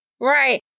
Right